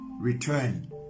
return